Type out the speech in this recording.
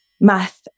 math